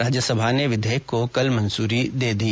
राज्यसभा ने विघेयक को कल मंजूरी दे दी